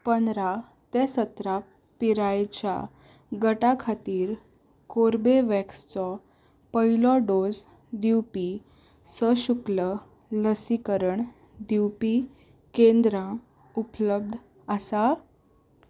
पंदरा ते सतरा पिरायेच्या गटा खातीर कोर्बेवॅक्सचो पयलो डोस दिवपी सशुल्क लसीकरण दिवपी केंद्रां उपलब्ध आसा